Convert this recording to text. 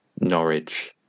Norwich